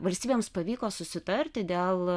valstybėms pavyko susitarti dėl